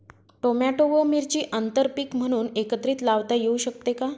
Tomato व मिरची आंतरपीक म्हणून एकत्रित लावता येऊ शकते का?